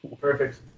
Perfect